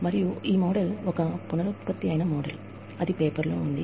మరియు ఈ మోడల్ ఒక పునరుత్పత్తి అయిన మోడల్ అది పేపర్లో ఉంది